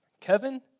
Kevin